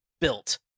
built